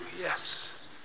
Yes